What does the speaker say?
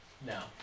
no